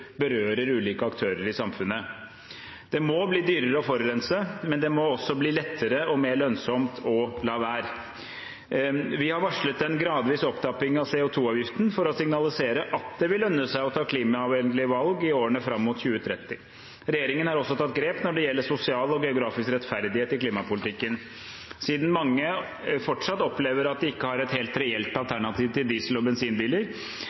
berører ulike aktører i samfunnet. Det må bli dyrere å forurense, men det må også bli lettere og mer lønnsomt å la være. Vi har varslet en gradvis opptrapping av CO 2 -avgiften for å signalisere at det vil lønne seg å ta klimavennlige valg i årene fram mot 2030. Regjeringen har også tatt grep når det gjelder sosial og geografisk rettferdighet i klimapolitikken. Siden mange fortsatt opplever at de ikke har et helt reelt alternativ til diesel- og bensinbiler,